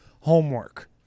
homework